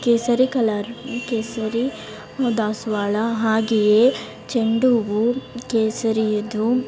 ಕೇಸರಿ ಕಲರ್ ಕೇಸರಿ ದಾಸವಾಳ ಹಾಗೆಯೇ ಚೆಂಡು ಹೂ ಕೇಸರಿದು